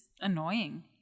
annoying